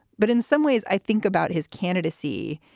but in some ways, i think about his candidacy,